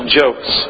jokes